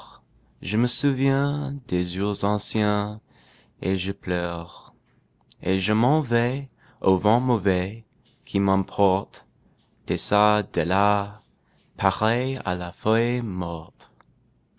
je me souviens des jours anciens et je pleure et je m'en vais au vent mauvais qui m'emporte deçà delà pareil à la feuille morte